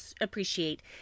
appreciate